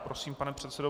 Prosím, pane předsedo.